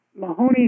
Mahoney